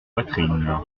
poitrines